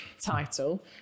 title